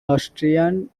austrian